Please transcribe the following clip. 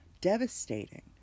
devastating